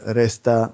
resta